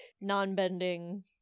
non-bending